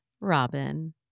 Robin